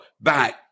back